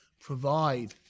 provide